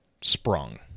sprung